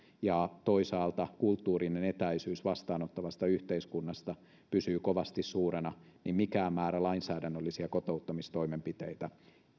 ja toisaalta kulttuurinen etäisyys vastaanottavasta yhteiskunnasta pysyvät kovasti suurena niin mikään määrä lainsäädännöllisiä kotouttamistoimenpiteitä